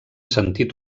sentit